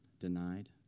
denied